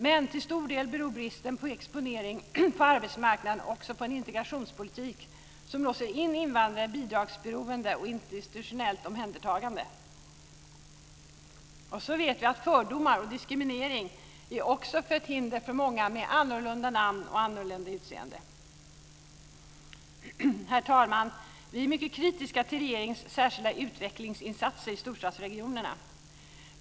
Men till stor del beror bristen på exponering på arbetsmarknaden också på en integrationspolitik som låser in invandrare i bidragsberoende och institutionellt omhändertagande. Vi vet att fördomar och diskriminering också är ett hinder för många med annorlunda namn eller utseende. Herr talman! Vi är mycket kritiska till regeringens särskilda utvecklingsinsatser i storstadsregionerna.